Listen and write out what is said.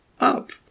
up